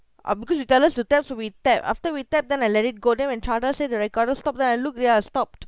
uh because you tell us to tap so we tap after we tap then I let it go then when chana said the recorder stopped then I looked they are stopped